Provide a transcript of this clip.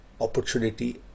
opportunity